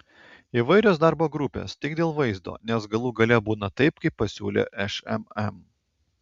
įvairios darbo grupės tik dėl vaizdo nes galų gale būna taip kaip pasiūlė šmm